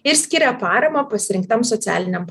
ir skiria paramą pasirinktam socialiniam